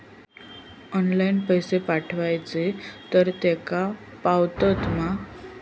Online पैसे पाठवचे तर तेका पावतत मा?